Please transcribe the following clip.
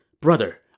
Brother